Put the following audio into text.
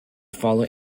follow